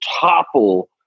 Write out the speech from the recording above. topple